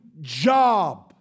job